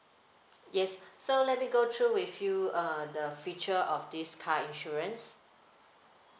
yes so let me go through with you uh the feature of this car insurance